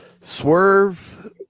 Swerve